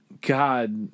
God